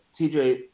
TJ